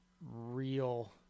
real